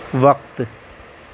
وقت